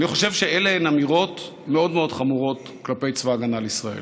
אני חושב שאלה אמירות מאוד מאוד חמורות כלפי צבא ההגנה לישראל.